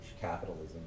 capitalism